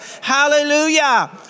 hallelujah